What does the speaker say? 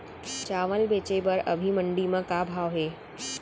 चांवल बेचे बर अभी मंडी म का भाव हे?